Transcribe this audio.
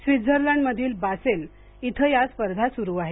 स्वित्झर्लंडमधील बासेल इथं या स्पर्धा सुरु आहेत